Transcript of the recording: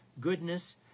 goodness